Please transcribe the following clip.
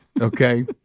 Okay